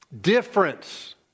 Difference